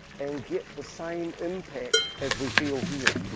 and get the same impact as we feel here.